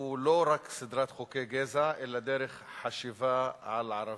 הוא לא רק סדרת חוקי גזע אלא דרך חשיבה על ערבים.